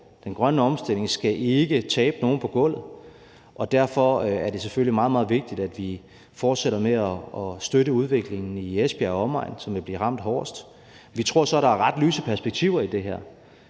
Den grønne omstilling skal ikke tabe nogen på gulvet, og derfor er det selvfølgelig meget, meget vigtigt, at vi fortsætter med at støtte udviklingen i Esbjerg og omegn, som vil blive ramt hårdest. Vi tror så, at der er ret lyse perspektiver i det her.